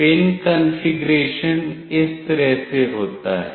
pin configuration इस तरह से होता है